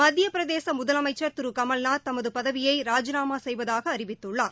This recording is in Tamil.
மத்திய பிரதேச முதலஸமச்சர் திரு கமல்நாத் தமது பதவியை ராஜிநாமா செய்வதாக அறிவித்துள்ளார்